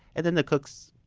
and then the cooks,